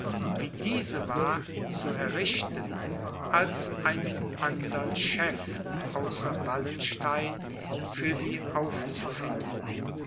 wie diese war zu errichten als einen andern chef außer wallenstein für sie aufzufinden